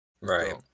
right